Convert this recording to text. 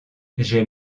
j’ai